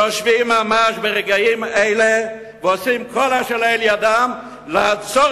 יושבים ממש ברגעים אלה ועושים כל אשר לאל ידם לעצור